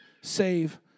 save